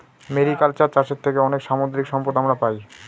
mariculture চাষের থেকে অনেক সামুদ্রিক সম্পদ আমরা পাই